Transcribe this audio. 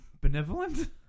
benevolent